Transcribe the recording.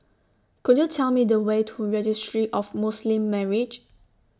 Could YOU Tell Me The Way to Registry of Muslim Marriages